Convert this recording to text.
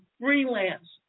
freelance